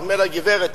אני אומר לה: גברת,